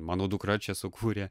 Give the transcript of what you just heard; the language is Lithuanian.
mano dukra čia sukūrė